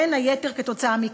בין היתר כתוצאה מכך.